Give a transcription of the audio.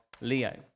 Leo